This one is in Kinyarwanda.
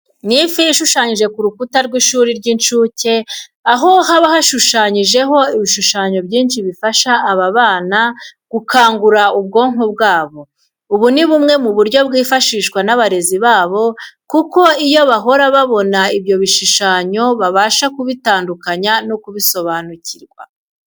Ni ifi ishushanyije ku rukuta rw'ishuri ry'incuke, aho haba hashushanyijeho ibishushanyo byinshi bifasha aba bana gukangura ubwonko bwabo. Ubu ni bumwe mu buryo bwifashishwa n'abarezi babo kuko iyo bahora babona ibyo bishishanyo babasha kubitandukanye no kubisobanukirwa.